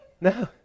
No